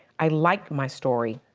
i like my story.